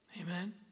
amen